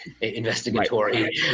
investigatory